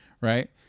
right